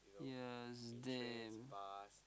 yeah it's them